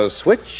switch